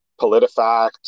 PolitiFact